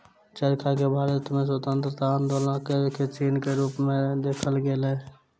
चरखा के भारत में स्वतंत्रता आन्दोलनक चिन्ह के रूप में देखल गेल